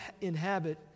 inhabit